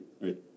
right